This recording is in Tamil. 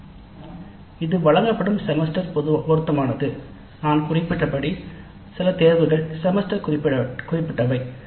"இது வழங்கப்படும் செமஸ்டர் பொருத்தமானது" நான் குறிப்பிட்டபடி சில தேர்வுகள் செமஸ்டர் குறிப்பிட்டவை